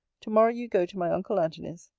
to-morrow you go to my uncle antony's.